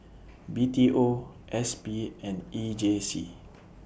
B T O S P and E J C